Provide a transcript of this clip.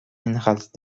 inhalt